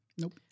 Nope